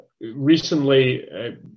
Recently